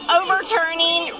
overturning